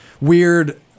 weird